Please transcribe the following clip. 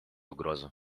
угрозу